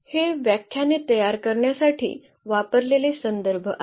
हे व्याख्याने तयार करण्यासाठी वापरलेले संदर्भ आहेत